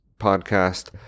podcast